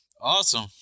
Awesome